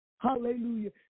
Hallelujah